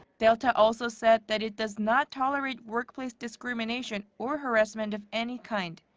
delta also said that it does not tolerate workplace discrimination or harassment of any kind.